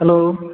hello